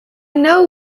know